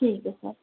ठीक है सर